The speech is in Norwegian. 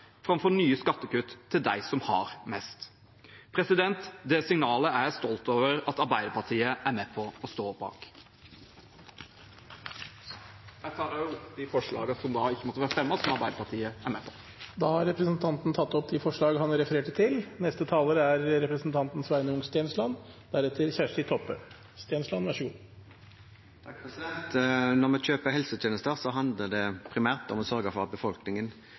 framfor nye skattekutt til dem som har mest. Det signalet er jeg stolt over at Arbeiderpartiet er med på å stå bak. Jeg tar opp forslag nr. 1, som Arbeiderpartiet er med på sammen med Senterpartiet og SV. Representanten Tellef Inge Mørland har tatt opp det forslaget han refererte til. Når vi kjøper helsetjenester, handler det primært om å sørge for at befolkningen får de tjenestene de har behov for. Det er de regionale helseforetakene som har sørge-for-ansvar, og det